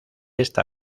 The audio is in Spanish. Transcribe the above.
esta